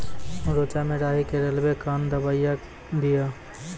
रेचा मे राही के रेलवे कन दवाई दीय?